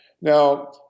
Now